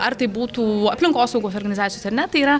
ar tai būtų aplinkosaugos organizacijos ar ne tai yra